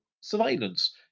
surveillance